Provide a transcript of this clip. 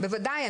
בוודאי,